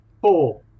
Four